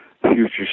future